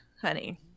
honey